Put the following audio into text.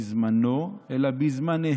בזמניהם" לא בזמנו, אלא בזמניהם.